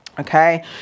Okay